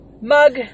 Mug